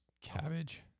cabbage